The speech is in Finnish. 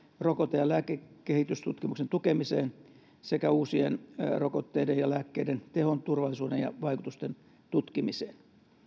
rokote ja lääkekehitystutkimuksen tukemiseen sekä uusien rokotteiden ja lääkkeiden tehon turvallisuuden ja vaikutusten tutkimiseen